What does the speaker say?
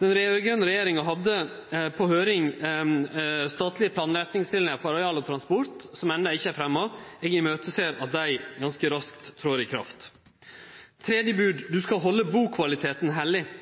Den raud-grøne regjeringa hadde på høyring statlege planretningslinjer for areal og transport som endå ikkje er fremja. Eg ser i møte at desse ganske raskt trår i kraft. Det tredje bodet lyder: Du skal halde bukvaliteten heilag.